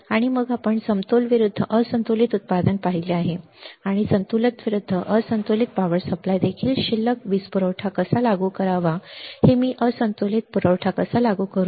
आणि मग आपण समतोल विरूद्ध असंतुलित उत्पादन पाहिले आहे आणि संतुलन विरुद्ध असंतुलित वीज पुरवठा देखील शिल्लक वीज पुरवठा कसा लागू करावा मी असंतुलित पुरवठा कसा लागू करू